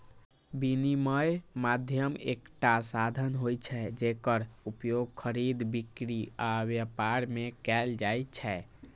विनिमय माध्यम एकटा साधन होइ छै, जेकर उपयोग खरीद, बिक्री आ व्यापार मे कैल जाइ छै